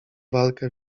walkę